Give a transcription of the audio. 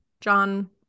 John